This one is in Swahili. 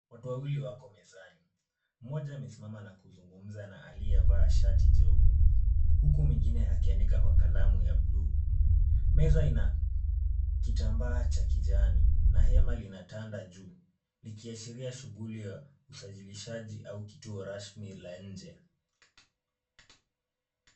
Watu wawili wako mezani. Mmoja amesimama na kuzungumza na aliyevaa shati jeupe, huku mwingine akiandika kwa kalamu ya buluu. Meza ina kitambaa cha kijani na hema lina tanda juu, likiashiria shughuli ya usajilishaji au kituo rasmi la nje.